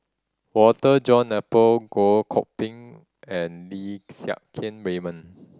Walter John Napier Goh Koh Pui and Lim Siang Keat Raymond